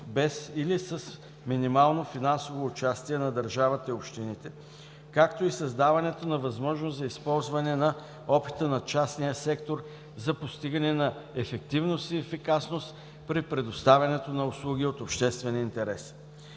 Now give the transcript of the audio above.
без или с минимално финансово участие на държавата и общините, както и създаването на възможност за използване на опита на частния сектор за постигането на ефективност и ефикасност при предоставянето на услуги от обществен интерес.